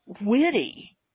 witty